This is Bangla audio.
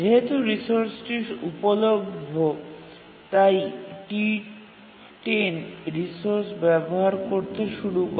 যেহেতু রিসোর্সটি উপলভ্য তাই T10 রিসোর্স ব্যবহার করতে শুরু করে